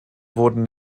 wurden